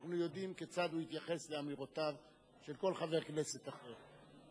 אנחנו יודעים כיצד הוא התייחס לאמירותיו של כל חבר כנסת אחר.